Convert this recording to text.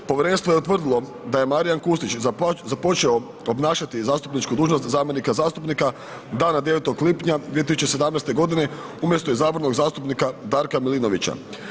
Povjerenstvo je utvrdilo da je Marijan Kustić započeo obnašati zastupničku dužnost zamjenika zastupnika dana 09. lipnja 2017. godine umjesto izabranog zastupnika Darka Milinovića.